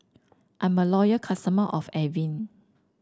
I'm a loyal customer of Avene